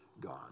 God